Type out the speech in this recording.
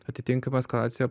atitinkama eskalacija